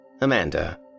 Amanda